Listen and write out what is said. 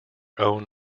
own